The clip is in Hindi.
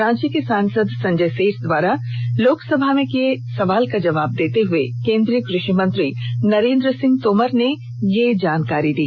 रांची के सांसद संजय सेठ द्वारा लोकसभा में किये सवाल का जवाब देते हुए केंद्रीय कृषि मंत्री नरेंद्र सिंह तोमर ने यह जानकारी दी